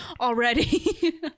already